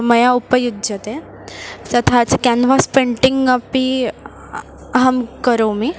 मया उपयुज्यते तथा च केन्वास् पेण्टिङ्ग् अपि अहं करोमि